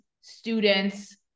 students